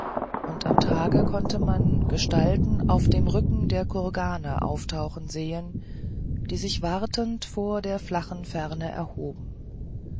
und am tage konnte man gestalten auf dem rücken der kurgane auftauchen sehen die sich wartend vor der flachen ferne erhoben